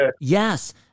yes